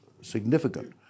significant